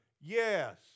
Yes